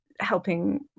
helping